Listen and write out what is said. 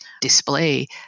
display